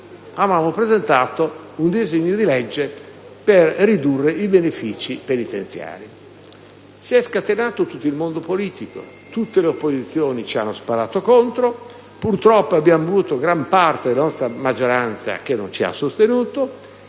avevamo presentato un disegno di legge per ridurre i benefici penitenziari: si è scatenato tutto il mondo politico, tutte le opposizioni ci hanno "sparato" contro e, purtroppo, gran parte della nostra maggioranza non ci ha sostenuto.